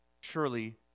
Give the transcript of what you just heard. surely